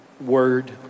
word